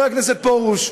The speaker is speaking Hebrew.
סגן השר פרוש,